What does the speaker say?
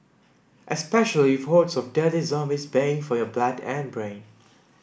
especially with hordes of dirty zombies baying for your blood and brain